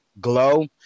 glow